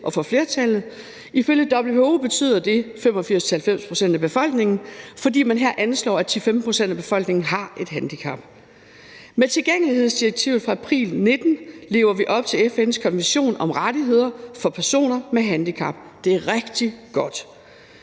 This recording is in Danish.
og for flertallet. Ifølge WHO betyder det 85-90 pct. af befolkningen, fordi man her anslår, at 10-15 pct. af befolkningen har et handicap. Med tilgængelighedsdirektivet fra april 2019 lever vi op til FN's konvention om rettigheder for personer med handicap. Det er rigtig godt.